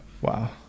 Wow